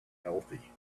healthy